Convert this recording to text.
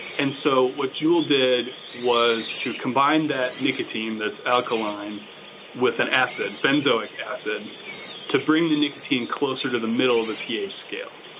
and so what jewel did was to combine that nicotine that's alkaline with an acid benzoate acid to bring the nicotine closer to the middle of the page scale.